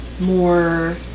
more